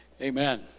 Amen